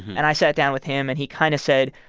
and i sat down with him, and he kind of said,